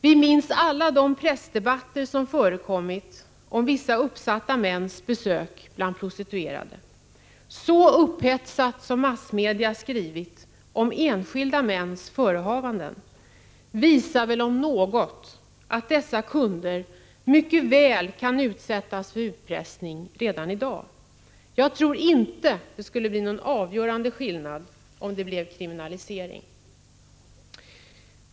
Vi minns alla de pressdebatter som förekommit om vissa uppsatta mäns besök hos prostituerade. Att massmedia skrivit så upphetsat om enskilda mäns förehavanden visar om något att dessa kunder mycket väl kan utsättas för utpressning redan i dag. Jag tror inte det skulle bli någon avgörande skillnad om vi fick en kriminalisering av kunderna.